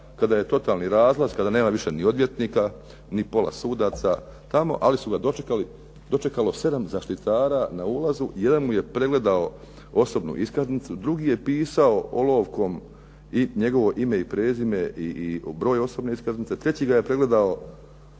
kada je totalni razlaz, kada nema više ni odvjetnika ni pola sudaca tamo ali su ga dočekali sedam zaštitara na ulazu. Jedan mu je pregledao osobnu iskaznicu, drugi je pisao olovkom njegovo ime i prezime i broj osobne iskaznice, treći ga je pregledao